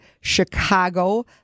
Chicago